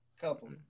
Couple